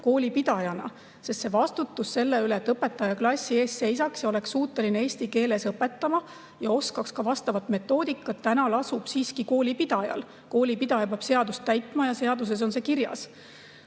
üleminekul, sest vastutus selle eest, et õpetaja seisab klassi ees ja on suuteline eesti keeles õpetama ja oskab ka vastavat metoodikat, lasub siiski koolipidajal. Koolipidaja peab seadust täitma ja seaduses on see kirjas.